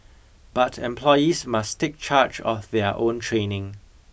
but employees must take charge of their own training